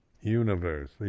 Universe